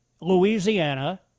Louisiana